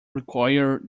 require